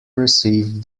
received